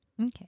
Okay